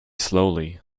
slowly